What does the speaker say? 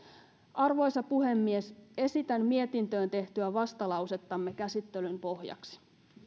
arvoisa puhemies esitän mietintöön tehtyä vastalausettamme käsittelyn pohjaksi